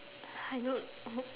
I don't know